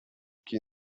que